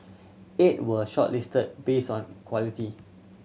eight were shortlisted based on quality